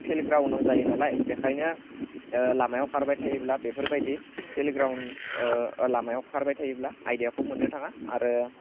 field ग्राउण्डआव जायो नालाय बेनिखायनो लामायाव खारबाय थायोब्ला बेफोरबायदि फिल्ड ग्राउण्ड लामायाव खारबाय थायोब्ला आइडियाखौ मोननो थाङा आरो